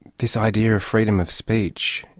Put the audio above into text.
this idea of freedom of speech,